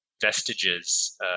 vestiges